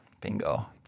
bingo